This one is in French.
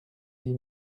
dix